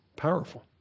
powerful